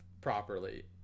properly